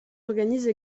organise